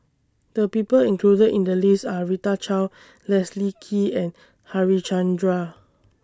The People included in The list Are Rita Chao Leslie Kee and Harichandra